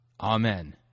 Amen